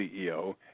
ceo